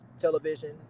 television